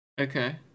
Okay